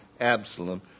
Absalom